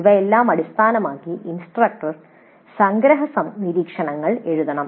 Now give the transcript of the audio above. ഇവയെല്ലാം അടിസ്ഥാനമാക്കി ഇൻസ്ട്രക്ടർ സംഗ്രഹ നിരീക്ഷണങ്ങൾ എഴുതണം